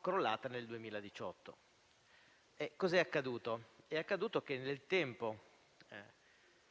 crollata nel 2018. Cos'è accaduto? È accaduto che il